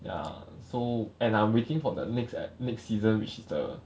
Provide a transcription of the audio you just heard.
ya so and I'm waiting for the next eh next season which is the